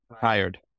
Tired